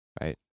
right